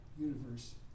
universe